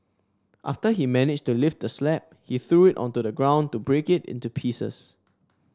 after he managed to lift the slab he threw it onto the ground to break it into pieces